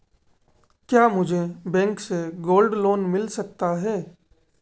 क्या मुझे बैंक से गोल्ड लोंन मिल सकता है?